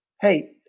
Hey